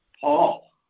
Paul